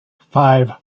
five